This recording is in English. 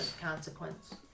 consequence